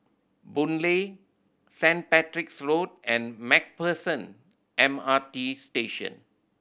Boon Lay Saint Patrick's Road and Macpherson M R T Station